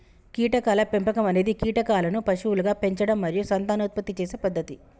కీటకాల పెంపకం అనేది కీటకాలను పశువులుగా పెంచడం మరియు సంతానోత్పత్తి చేసే పద్ధతి